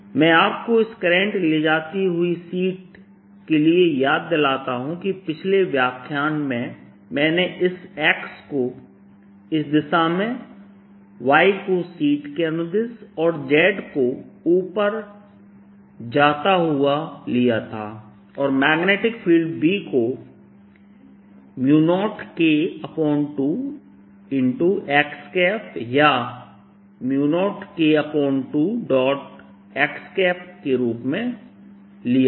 मैं आपको इस करंट ले जाती हुई शीट के लिए याद दिलाता हूं कि पिछले व्याख्यान में मैंने इस x को इस दिशा में y को शीट के अनुदेश और z को ऊपर जाता हुआ लिया था और मैग्नेटिक फील्ड B को 0K2x या 0K2x के रूप में लिया था